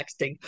texting